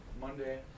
Monday